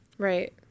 Right